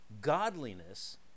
godliness